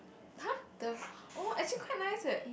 !huh! the~ oh actually quite nice eh